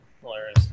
Hilarious